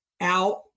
out